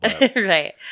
Right